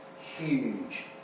huge